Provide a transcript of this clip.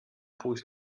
pójść